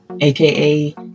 aka